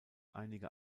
einige